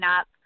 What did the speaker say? up